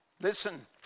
Listen